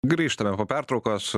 grįžtame po pertraukos